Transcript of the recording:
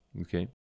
Okay